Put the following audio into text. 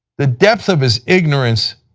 the depth of his ignorance